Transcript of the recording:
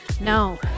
No